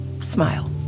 smile